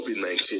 COVID-19